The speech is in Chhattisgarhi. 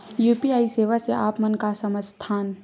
यू.पी.आई सेवा से आप मन का समझ थान?